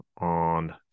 on